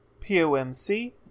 POMC